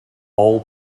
all